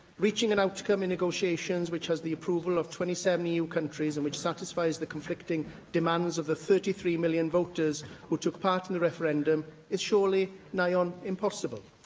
reaching an outcome in negotiations that has the approval of twenty seven eu countries and which satisfies the conflicting demands of the thirty three million voters who took part in the referendum is surely nigh on impossible.